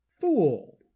fool